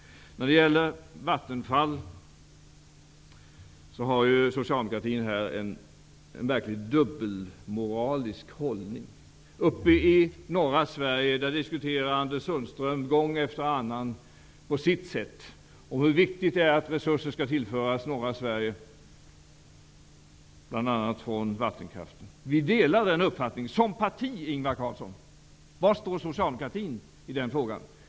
När det gäller Vattenfall har socialdemokratin en verkligt dubbelmoralisk hållning. Uppe i norra Sverige diskuterar Anders Sundström gång efter annan på sitt sätt om hur viktigt det är att resurser skall tillföras norra Sverige, bl.a. från vattenkraften. Vi delar den uppfattningen som parti, Ingvar Carlsson, men var står socialdemokratin i den frågan?